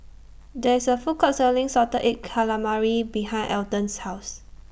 There IS A Food Court Selling Salted Egg Calamari behind Alton's House